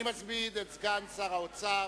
אני מזמין את סגן שר האוצר